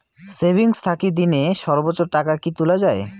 Savings থাকি দিনে সর্বোচ্চ টাকা কি তুলা য়ায়?